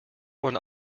one